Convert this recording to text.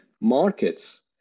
markets